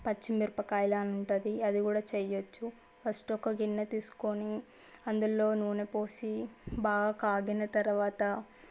పచ్చిమిరపకాయలా ఉంటుంది అది కూడా చేయవచ్చు ఫస్ట్ ఒక గిన్నె తీసుకొని అందులో నూనె పోసి బాగా కాగిన తరువాత